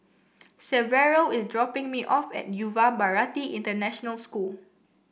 Severo is dropping me off at Yuva Bharati International School